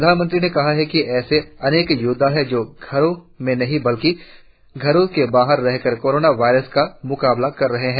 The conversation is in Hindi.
प्रधानमंत्री ने कहा कि ऐसे अनेक योद्वा हैं जो घरों में नहीं बल्कि घरों के बाहर रहकर कोरोना वायरस का मुकाबला कर रहे हैं